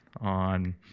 on